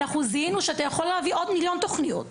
אנחנו זיהינו שאתה יכול להביא גם עוד מיליון תוכניות,